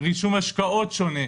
רישום השקעות שונה,